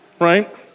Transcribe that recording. Right